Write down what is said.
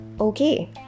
okay